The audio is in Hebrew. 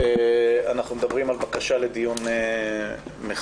אנחנו מדברים על בקשה לדיון מחדש.